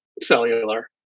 cellular